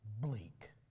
bleak